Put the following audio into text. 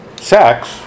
sex